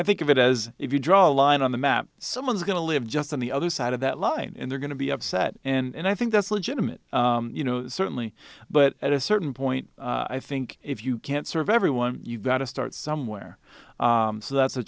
i think of it as if you draw a line on the map someone's going to live just on the other side of that line and they're going to be upset and i think that's legitimate you know certainly but at a certain point i think if you can't serve everyone you've got to start somewhere so that's a